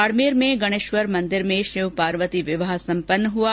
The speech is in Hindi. बाड़मेर में गणेश्वर मंदिर में शिव पार्वती विवाह सम्पन्न हुआ